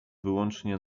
wyłącznie